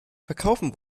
verkaufen